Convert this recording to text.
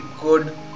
good